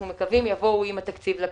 אנחנו מקווים, עם התקציב לכנסת.